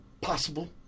Possible